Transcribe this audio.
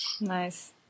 Nice